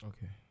Okay